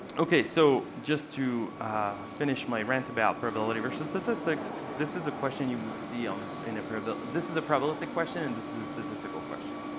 so just to finish my rant about probability versus statistics, this is a question you would see um in a probability this is a probabilistic question, and this is a statistical question.